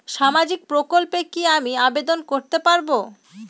সামাজিক প্রকল্পে কি আমি আবেদন করতে পারবো?